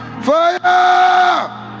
fire